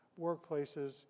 workplaces